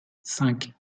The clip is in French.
cinq